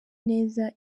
neza